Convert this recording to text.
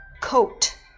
coat